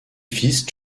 fils